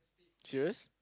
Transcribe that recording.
serious